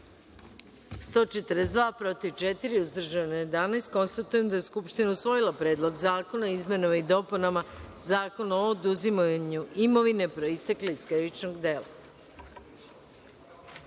– četiri, uzdržano – 11.Konstatujem da je Skupština usvojila Predlog zakona o izmenama i dopunama Zakona o oduzimanju imovine proistekle iz krivičnog dela. Peta